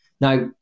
Now